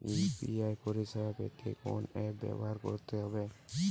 UPI পরিসেবা পেতে কোন অ্যাপ ব্যবহার করতে হবে?